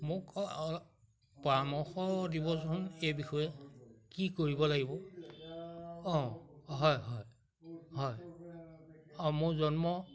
মোক অলপ পৰামৰ্শ দিবচোন এই বিষয়ে কি কৰিব লাগিব অঁ হয় হয় অঁ মোৰ জন্ম